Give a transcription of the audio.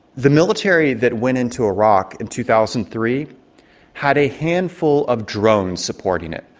the military that went into iraq in two thousand three had a handful of drones supporting it.